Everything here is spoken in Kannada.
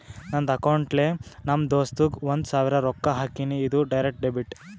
ನಂದ್ ಅಕೌಂಟ್ಲೆ ನಮ್ ದೋಸ್ತುಗ್ ಒಂದ್ ಸಾವಿರ ರೊಕ್ಕಾ ಹಾಕಿನಿ, ಇದು ಡೈರೆಕ್ಟ್ ಡೆಬಿಟ್